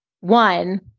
one